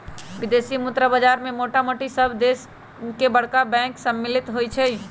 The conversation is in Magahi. विदेशी मुद्रा बाजार में मोटामोटी सभ देश के बरका बैंक सम्मिल होइ छइ